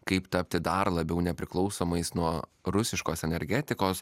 kaip tapti dar labiau nepriklausomais nuo rusiškos energetikos